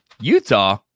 Utah